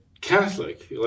Catholic